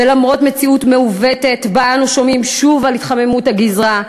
ולמרות מציאות מעוותת שבה אנו שומעים שוב על התחממות הגזרה,